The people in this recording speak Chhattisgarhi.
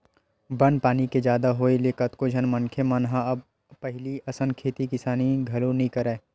बन पानी के जादा होय ले कतको झन मनखे मन ह अब पहिली असन खेती किसानी घलो नइ करय